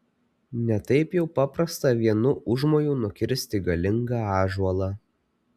ne taip jau paprasta vienu užmoju nukirsti galingą ąžuolą